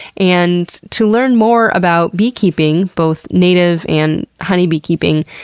and to learn more about beekeeping, both native and honey beekeeping,